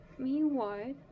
Meanwhile